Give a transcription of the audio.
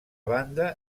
banda